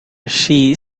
she